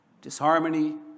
disharmony